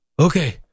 Okay